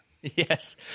Yes